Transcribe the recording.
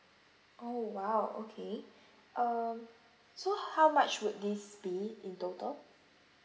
oh !wow! okay um so how much would this be in total